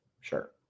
Sure